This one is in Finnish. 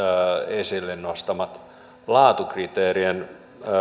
esille nostama laatukriteerien